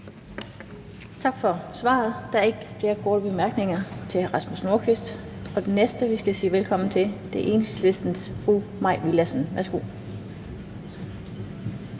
Tak for svaret. Der er ikke flere korte bemærkninger til hr. Rasmus Nordqvist. Den næste, vi skal sige velkommen til, er Enhedslistens fru Mai Villadsen. Værsgo.